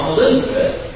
Elizabeth